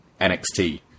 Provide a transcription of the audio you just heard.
NXT